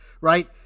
Right